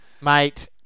mate